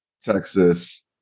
Texas